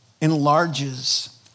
enlarges